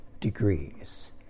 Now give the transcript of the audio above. degrees